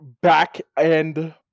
back-end